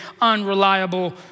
unreliable